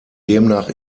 demnach